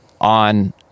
on